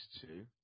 two